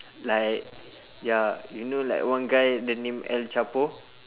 like ya you know like one guy the name el chapo